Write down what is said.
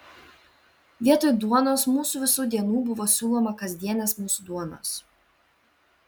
vietoj duonos mūsų visų dienų buvo siūloma kasdienės mūsų duonos